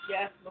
Yes